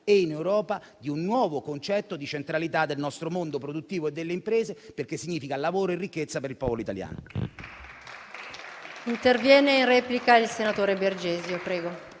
e in Europa, di un nuovo concetto di centralità del nostro mondo produttivo e delle imprese, perché significa lavoro e ricchezza per il popolo italiano.